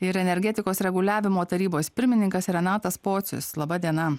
ir energetikos reguliavimo tarybos pirmininkas renatas pocius laba diena